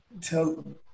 Tell